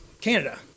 Canada